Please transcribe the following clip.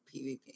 PvP